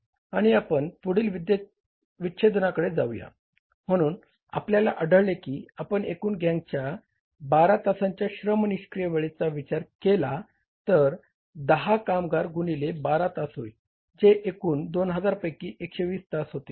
आणि आपण पुढील विच्छेदनाकाडे जाऊया म्हणून आपल्याला आढळले की आपण एकूण गँगच्या 12 तासांच्या श्रम निष्क्रिय वेळेचा विचार केला तर हे दहा कामगार गुणिले 12 तास होईल जे एकूण 2000 तासांपैकी 120 तास होतील